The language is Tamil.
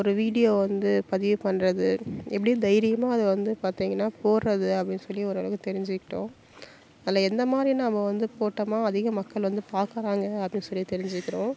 ஒரு வீடியோ வந்து பதிவு பண்ணுறது எப்படி தைரியமாக அதை வந்து பார்த்தீங்கன்னா போடுறது அப்படின் சொல்லி ஓரளவு தெரிஞ்சுக்கிட்டோம் அதில் எந்தமாதிரி நாம் வந்து போட்டோமோ அதிக மக்கள் வந்து பார்க்கறாங்க அப்புடின் சொல்லி தெரிஞ்சுக்கிறோம்